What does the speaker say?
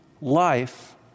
life